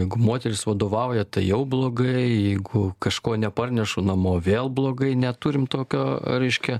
jeigu moteris vadovauja tai jau blogai jeigu kažko neparnešu namo vėl blogai neturim tokio reiškia